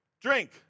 drink